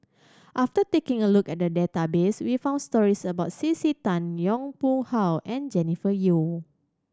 after taking a look at the database we found stories about C C Tan Yong Pung How and Jennifer Yeo